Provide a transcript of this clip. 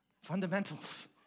Fundamentals